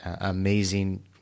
amazing